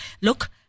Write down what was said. look